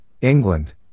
England